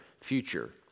future